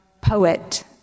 poet